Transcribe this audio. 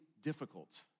difficult